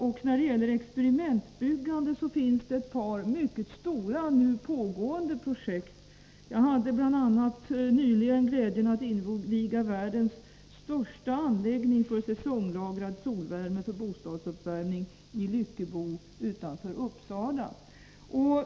Också när det gäller experimentbyggande finns det ett par mycket stora, nu pågående projekt. Jag hadet.ex. nyligen glädjen att i Lyckebo utanför Uppsala inviga världens största anläggning för säsonglagrad solvärme för bostadsuppvärmning.